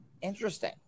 Interesting